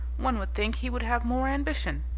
one would think he would have more ambition.